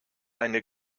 eine